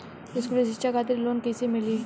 स्कूली शिक्षा खातिर लोन कैसे मिली?